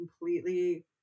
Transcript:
completely